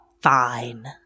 Fine